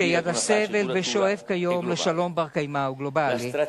שידע סבל ושואף כיום לשלום בר-קיימא וגלובלי.